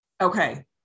Okay